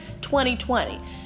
2020